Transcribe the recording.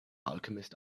alchemist